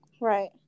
Right